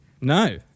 No